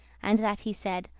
and that he said,